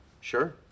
Sure